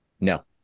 No